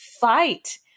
fight